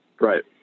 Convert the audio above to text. Right